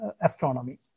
astronomy